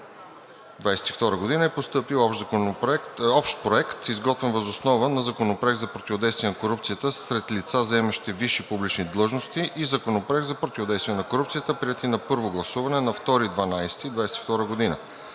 2022 г. е постъпил общ проект, изготвен въз основа на Законопроект за противодействие на корупцията сред лица, заемащи висши публични длъжности, и Законопроект за противодействие на корупцията приети, на първо гласуване на 2 декември 2022 г.